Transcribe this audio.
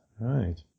Right